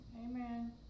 Amen